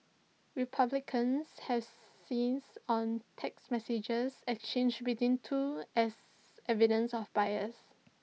republicans have seized on text messages exchanged between two as evidence of bias